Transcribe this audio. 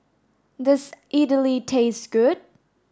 does Idly taste good